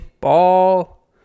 Ball